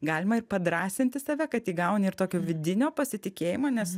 galima ir padrąsinti save kad įgauni ir tokio vidinio pasitikėjimo nes